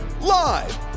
Live